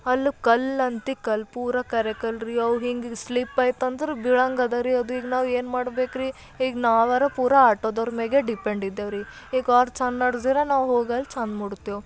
ಅಲ್ಲಿ ಕಲ್ಲಂತೂ ಕಲ್ಲು ಪೂರ ಕರಿ ಕಲ್ಲು ರೀ ಅವು ಹಿಂಗೆ ಇಲ್ಲಿ ಸ್ಲಿಪ್ ಆಯ್ತಂದ್ರೆ ಬೀಳಂಗೆ ಇದೆ ರೀ ಅದು ಈಗ ನಾವು ಏನು ಮಾಡ್ಬೇಕು ರೀ ಈಗ ನಾವಾರೂ ಪೂರ ಆಟೋದವ್ರ ಮೇಗೇ ಡಿಪೆಂಡ್ ಇದ್ದೇವೆ ರೀ ಈಗ ಅವ್ರು ಚಂದ ನಡ್ಸಿದ್ರೆ ನಾವು ಹೋಗಿ ಅಲ್ಲಿ ಚಂದ ಮುಟ್ತೇವ್